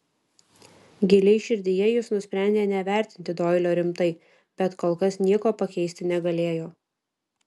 giliai širdyje jis nusprendė nevertinti doilio rimtai bet kol kas nieko pakeisti negalėjo